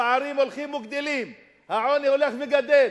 הפערים הולכים וגדלים, העוני הולך וגדל.